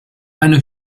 eine